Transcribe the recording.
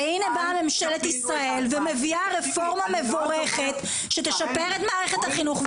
והנה באה ממשלת ישראל ומביאה רפורמה מבורכת שתשפר את מערכת החינוך,